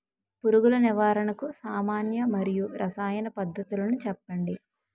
పురుగుల నివారణకు సామాన్య మరియు రసాయన పద్దతులను చెప్పండి?